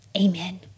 Amen